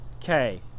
Okay